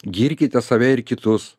girkite save ir kitus